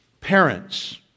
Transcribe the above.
parents